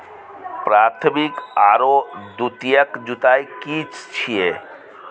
प्राथमिक आरो द्वितीयक जुताई की छिये?